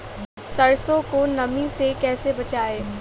सरसो को नमी से कैसे बचाएं?